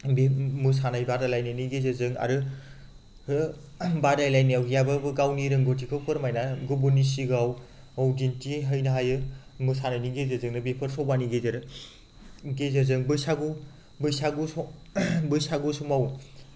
मोसानाय बादायलायनायनि गेजेरजों आरो बादायलायनायाव गैयाब्लाबो गावनि रोंगौथिखौ फोरमायना गुबुननि सिगाङाव दिन्थिहैनो हायो मोसानायनि गेजेरजोंनो बेफोर सभानि गेजेरजों बैसागु समाव